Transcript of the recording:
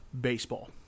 baseball